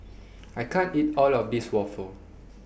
I can't eat All of This Waffle